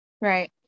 Right